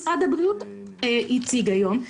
כפי שמשרד הבריאות הציג היום,